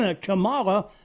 Kamala